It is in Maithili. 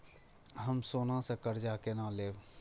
हम सोना से कर्जा केना लैब?